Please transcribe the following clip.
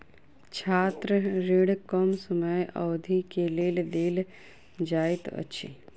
छात्र ऋण कम समय अवधि के लेल देल जाइत अछि